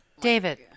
David